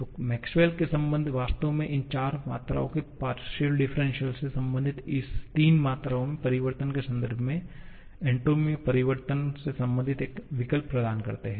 तो मैक्सवेल के संबंध Maxwell's relations वास्तव में इन चार मात्राओं के पार्शियल डिफ्रेंशिअल से संबंधित इन तीन मात्राओं में परिवर्तन के संदर्भ में एन्ट्रापी में परिवर्तन से संबंधित एक विकल्प प्रदान करते हैं